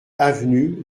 avenue